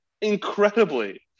Incredibly